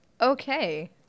Okay